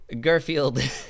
Garfield